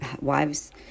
wives